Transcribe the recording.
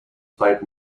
played